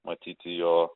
matyti jo